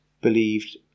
believed